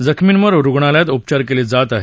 जखमींवर रुग्णालयात उपचार केले जात हे